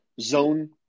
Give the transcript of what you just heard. zone